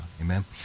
Amen